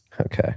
Okay